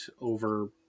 over